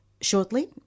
shortly